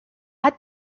hat